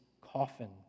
coffin